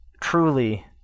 truly